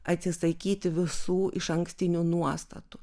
atsisakyt visų išankstinių nuostatų